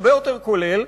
הרבה יותר כולל.